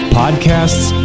podcasts